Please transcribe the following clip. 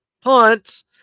punt